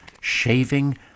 shaving